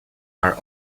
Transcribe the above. are